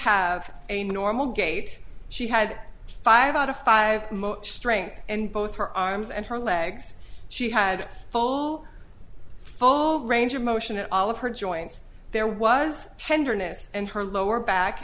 have a normal gait she had five out of five strength and both her arms and her legs she had full full range of motion in all of her joints there was tenderness and her lower back